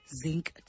zinc